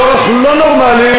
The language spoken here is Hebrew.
באורח לא נורמלי.